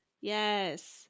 yes